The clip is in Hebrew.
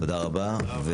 תודה רבה.